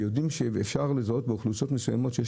ויודעים שאפשר לזהות באוכלוסיות מסוימות שיש